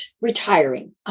retiring